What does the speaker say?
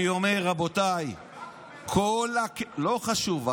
אני אומר, רבותיי, השב"כ אומר לא, לא חשוב.